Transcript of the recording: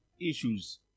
issues